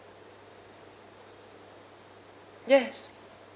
yes